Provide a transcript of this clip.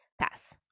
Pass